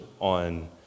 on